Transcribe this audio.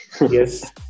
Yes